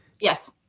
Yes